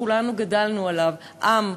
שכולנו גדלנו עליו: עם,